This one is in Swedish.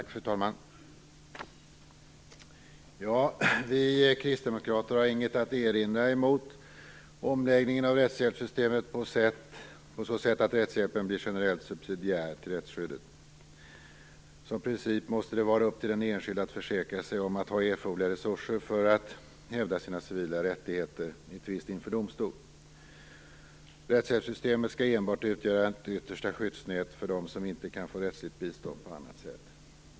Fru talman! Vi kristdemokrater har inget att erinra mot omläggningen av rättshjälpssystemet på så sätt att rättshjälpen blir generellt subsidiär till rättsskyddet. Som princip måste det vara upp till den enskilde att försäkra sig om att ha erforderliga resurser för att hävda sina civila rättigheter i tvist inför domstol. Rättshjälpssystemet skall enbart utgöra ett yttersta skyddsnät för dem som inte kan få rättsligt bistånd på annat sätt.